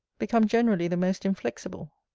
become generally the most inflexible.